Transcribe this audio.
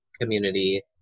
community